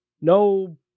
No